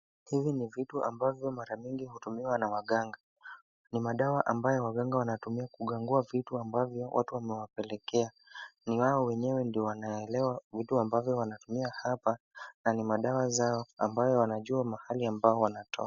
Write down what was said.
Hivi ni vitu ambavyo mara mingi hutumiwa na waganga. Ni madawa ambayo waganga wanatumia kugangua vitu ambavyo watu wamewapelekea. Ni wao wenyewe ndio wanaelewa vitu ambavyo wanatumia hapa, na ni madawa zao ambayo wanajua mahali ambao wanatoa.